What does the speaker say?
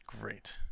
Great